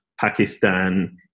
Pakistan